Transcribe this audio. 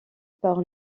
par